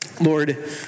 Lord